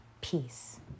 peace